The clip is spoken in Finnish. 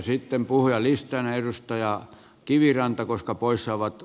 sitten puhujalistaan